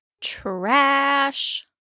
Trash